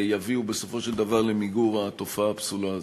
תביא בסופו של דבר למיגור התופעה הפסולה הזאת.